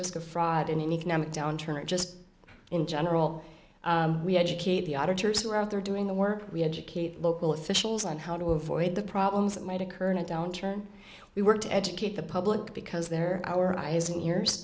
risk of fraud in an economic downturn or just in general we educate the auditors who are out there doing the work we educate local officials on how to avoid the problems that might occur in a downturn we work to educate the public because they're our eyes and ears